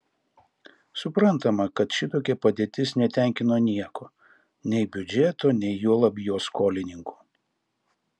suprantama kad šitokia padėtis netenkino nieko nei biudžeto nei juolab jo skolininkų